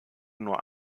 nur